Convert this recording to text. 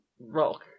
Rock